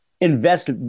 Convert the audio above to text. invest